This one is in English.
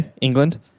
England